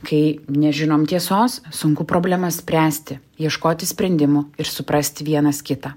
kai nežinom tiesos sunku problemas spręsti ieškoti sprendimų ir suprasti vienas kitą